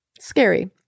scary